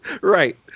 right